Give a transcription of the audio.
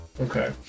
Okay